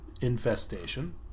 infestation